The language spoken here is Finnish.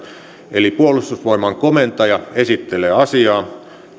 eli puolustusvoimain komentaja esittelee asiaa